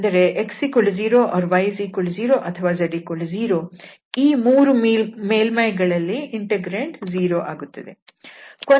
ಅಂದರೆ x0 ಅಥವಾ y0 ಅಥವಾ z0 ಈ ಮೂರು ಮೇಲ್ಮೈಗಳಲ್ಲಿ ಇಂಟೆಗ್ರಾಂಡ್ 0 ಆಗುತ್ತದೆ